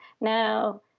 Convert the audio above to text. now